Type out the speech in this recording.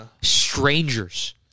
Strangers